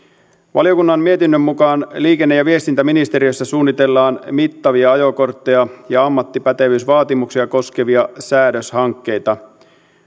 valiokunnan mietinnön mukaan liikenne ja viestintäministeriössä suunnitellaan mittavia ajokortteja ja ammattipätevyysvaatimuksia koskevia säädöshankkeita